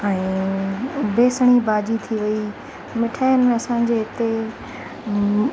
ऐं बेसिणी भाॼी थी वेई मिठाइनि में असांजे हिते